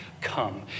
come